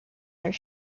their